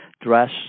dress